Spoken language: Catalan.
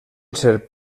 ser